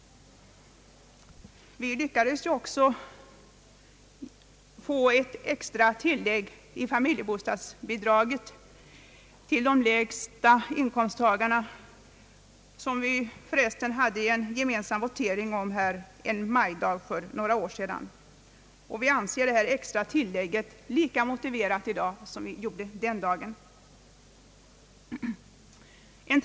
Vi lyckades också få till stånd ett extra tillägg i familjebostadsbidraget till de lägsta inkomsttagarna, vilket förresten beslutades vid en ge mensam omröstning en majdag för några år sedan. Vi anser det extra tillägget lika motiverat i dag som vi gjorde den dagen.